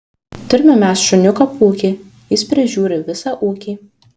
turime mes šuniuką pūkį jis prižiūri visą ūkį